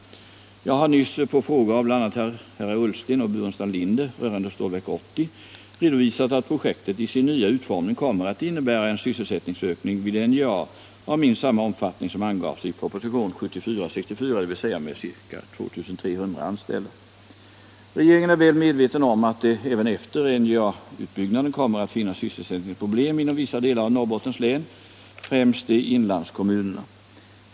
Jag har nyss på frågor av bl.a. herrar Ullsten och Burenstam Linder rörande Stålverk 80 redovisat att projektet i sin nya utformning kommer att innebära en sysselsättningsökning vid NJA av minst samma omfattning som angavs i propositionen 1974:64, dvs. med ca 2 300 anställda. Regeringen är väl medveten om att det även efter NJA-utbyggnaden kommer att finnas sysselsättningsproblem inom vissa delar av Norrbottens län, främst i inlandskommunerna.